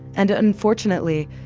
and unfortunately,